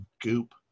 goop